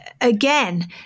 again